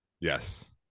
Yes